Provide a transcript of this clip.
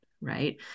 right